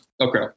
Okay